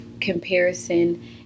comparison